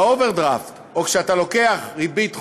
באוברדרפט, או כשאתה לוקח ריבית חובה,